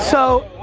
so,